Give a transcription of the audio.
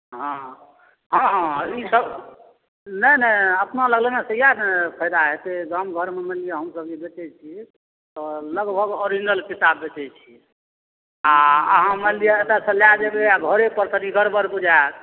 हॅं हॅं हॅं ई सब नहि नहि अपना लग लेने सँ इएह ने फायदा हेतै गाम घरमे मानि लिअ हमसब जे बेचै छी तऽ लगभग ओरिजिनल किताब बेचै छी आ आहाँ मानि लिअ एतऽ सँ लए जेबै आ घरे पर कनी गड़बड़ बुझायल